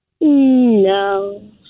No